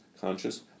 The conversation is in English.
conscious